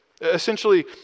Essentially